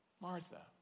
Martha